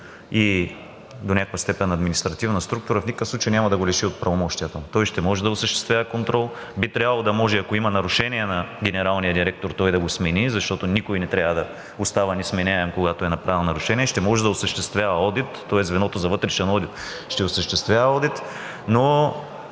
до някаква степен и административна структура, в никакъв случай няма да го лиши от правомощията му. Той ще може да осъществява контрол и би трябвало да може, ако има нарушения на генералния директор, да го смени, защото никой не трябва да остава несменяем, когато е направил нарушение. Ще може да осъществява одит – тоест звеното за вътрешен одит ще осъществява одит.